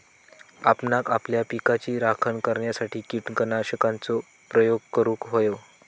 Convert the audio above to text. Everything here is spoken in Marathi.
आपणांक आपल्या पिकाची राखण करण्यासाठी कीटकनाशकांचो प्रयोग करूंक व्हयो